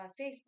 facebook